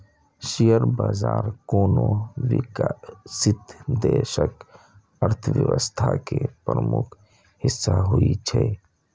share बाजार कोनो विकसित देशक अर्थव्यवस्था के प्रमुख हिस्सा होइ छै